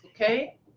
Okay